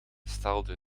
stelde